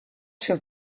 seu